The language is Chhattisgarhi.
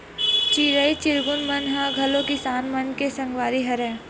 चिरई चिरगुन मन ह घलो किसान मन के संगवारी हरय